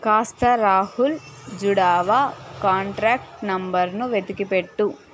కాస్త రాహుల్ జుడావా కాంటాక్ట్ నంబర్ను వెతికిపెట్టు